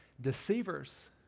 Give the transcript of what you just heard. deceivers